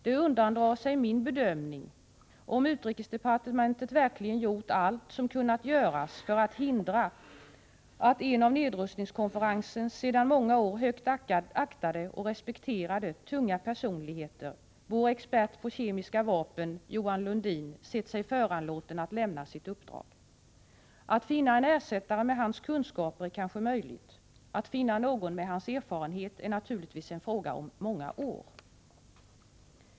Det undandrar sig min bedömning om utrikesdepartementet verkligen gjort allt som kunnat göras för att hindra att en av nedrustningskonferensens sedan många år högt aktade och respekterade tunga personligheter, vår expert på kemiska vapen Johan Lundin, sett sig föranlåten att lämna sitt uppdrag. Att finna en ersättare med hans kunskaper är kanske möjligt, men att finna någon med hans erfarenhet är naturligtvis en fråga om många år.